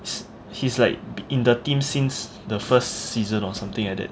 he's like in the team since the first season or something like that